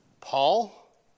Paul